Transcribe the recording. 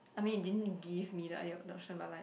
I mean it didn't give me the idea but like